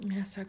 Yes